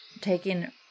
Taking